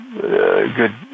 good